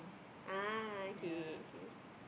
ah okay okay